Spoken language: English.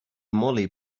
molly